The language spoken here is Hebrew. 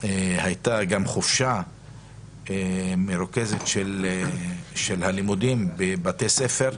בהם הייתה חופשה מרוכזת בבתי הספר,